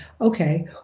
okay